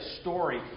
story